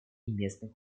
местных